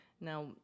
Now